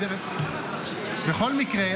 בכל מקרה,